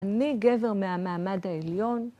אני גבר מהמעמד העליון